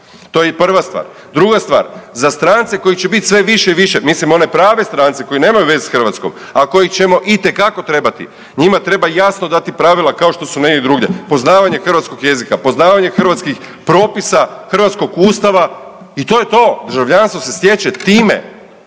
To je prva stvar. Druga stvar, za strance kojih će biti sve više i više, mislim one prave strance koji nemaju veze s Hrvatskom, a koje ćemo itekako trebati, njima treba jasno dati pravila kao što su negdje drugdje, poznavanje hrvatskog jezika, poznavanje hrvatskih propisa, hrvatskog Ustava i to je to. Državljanstvo se stječe time,